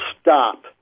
stop